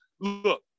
look